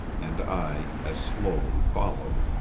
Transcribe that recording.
and i as slowly followed.